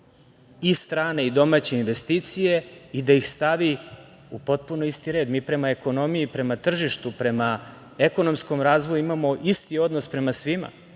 i strane i domaće investicije i da ih stavi u potpuno isti red. Mi prema ekonomiji i prema tržištu, prema ekonomskom razvoju imamo isti odnos prema svima.